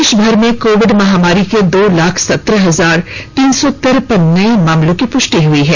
देश भर में कोविड महामारी के दो लाख सत्रह हजार तीन सौ तिरपन नये मामलों की पुष्टि हुई है